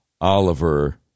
Oliver